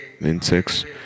insects